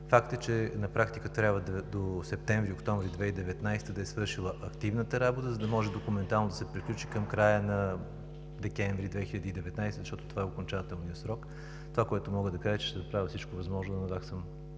Факт е, че на практика трябва до септември – октомври 2019 г. да е свършила активната работа, за да може документално да се приключи към края на декември 2019 г., защото това е окончателният срок. Това, което мога да кажа, е, че съм направил всичко възможно да наваксам